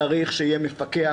צריך שיהיה מפקח,